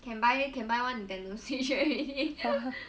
can buy can buy one Nintendo switch already